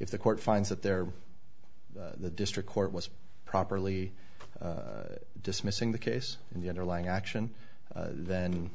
if the court finds that there the district court was properly dismissing the case in the underlying action then